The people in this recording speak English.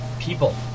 people